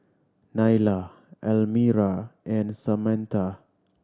Nylah Elmira and Samatha